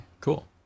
Cool